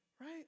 Right